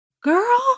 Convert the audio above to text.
girl